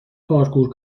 پارکور